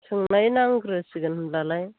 सोंनायनांग्रोसिगोन होम्बालाय